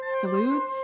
Flutes